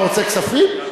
אתה רוצה כספים?